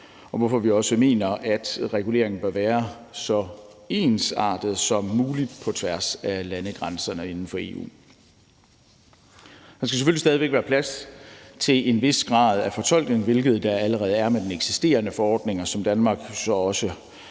EU, hvorfor vi også mener, at reguleringen bør være så ensartet som muligt på tværs af landegrænserne inden for EU. Der skal selvfølgelig stadig være plads til en vis grad af fortolkning, hvilket der allerede er med den eksisterende forordning, og som Danmark så også